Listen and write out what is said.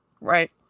right